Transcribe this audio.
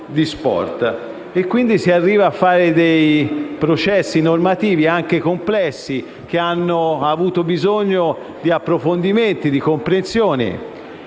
Quindi, si arriva a fare processi normativi, anche complessi, che hanno avuto bisogno di approfondimenti, di comprensione.